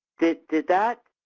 did did that,